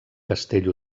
castell